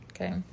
okay